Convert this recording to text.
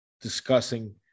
discussing